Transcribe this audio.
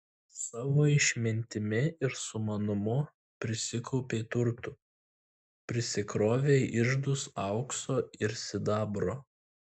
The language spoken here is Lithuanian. savo išmintimi ir sumanumu prisikaupei turtų prisikrovei iždus aukso ir sidabro